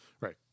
Right